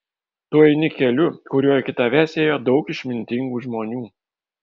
tu eini keliu kuriuo iki tavęs ėjo daug išmintingų žmonių